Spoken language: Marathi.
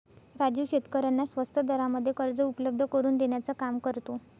राजू शेतकऱ्यांना स्वस्त दरामध्ये कर्ज उपलब्ध करून देण्याचं काम करतो